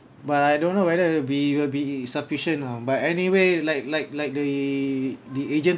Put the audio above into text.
but I don't know whether will be will be sufficient ah but anyway like like like the the agent